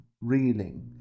reeling